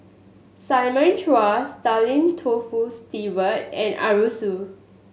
Simon Chua Stanley Toft Stewart and Arasu